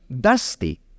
Dusty